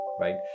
right